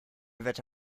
wette